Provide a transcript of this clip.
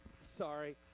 Sorry